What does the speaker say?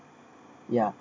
ya